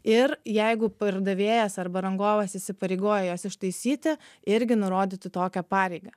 ir jeigu pardavėjas arba rangovas įsipareigoja juos ištaisyti irgi nurodyti tokią pareigą